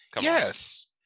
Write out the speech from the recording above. yes